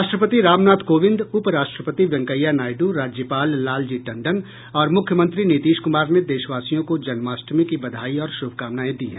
राष्ट्रपति राम नाथ कोविंद उपराष्ट्रपति वेंकैया नायडू राज्यपाल लालजी टंडन और मुख्यमंत्री नीतीश कुमार ने देशवासियों को जन्माष्टमी की बधाई और शुभकामनाएं दी हैं